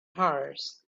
hers